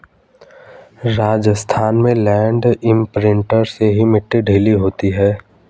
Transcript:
राजस्थान में land imprinter से ही मिट्टी ढीली होती है